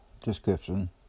description